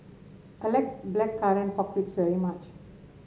I like Blackcurrant Pork Ribs very much